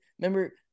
Remember